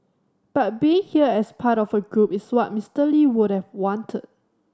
but being here as part of a group is what Mister Lee would have wanted